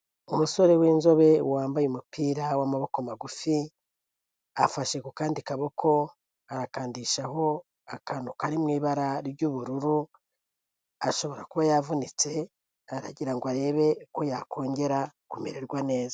Umusore w'inzobe wambaye umupira w'amaboko magufi, afashe ku kandi kaboko, arakandishaho akantu kari mu ibara ry'ubururu, ashobora kuba yavunitse aragira ngo arebe ko yakongera kumererwa neza.